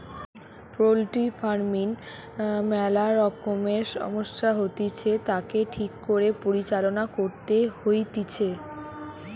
poultry farming ম্যালা রকমের সমস্যা হতিছে, তাকে ঠিক করে পরিচালনা করতে হইতিছে